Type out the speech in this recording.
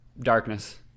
darkness